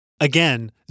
Again